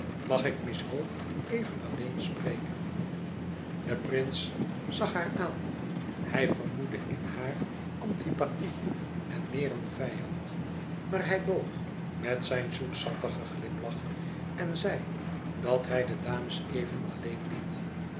mag ik miss hope even alleen spreken de prins zag haar aan hij vermoedde in haar antipathie en meer een vijand maar hij boog met zijn zoetsappigen glimlach en zei dat hij de dames even alleen liet